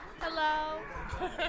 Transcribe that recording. Hello